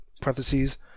parentheses